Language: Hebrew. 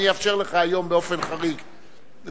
אני אאפשר לך היום באופן חריג לעלות,